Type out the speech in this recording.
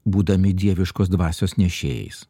būdami dieviškos dvasios nešėjais